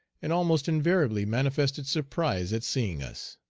and almost invariably manifested surprise at seeing us.